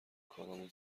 کارامون